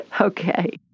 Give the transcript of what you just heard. Okay